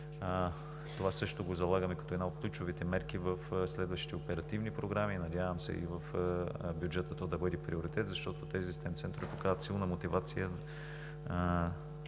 Това също го залагаме като една от ключовите мерки в следващи оперативни програми. Надявам се то да бъде приоритет и в бюджета, защото тези STEM центрове показват силна мотивация.